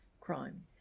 crime